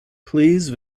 please